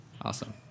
Awesome